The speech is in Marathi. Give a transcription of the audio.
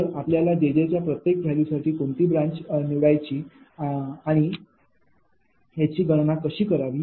तर आपल्या jj च्या प्रत्येक व्हॅल्यू कोणती ब्रांच निवडायची आणि याची गणना कशी करावी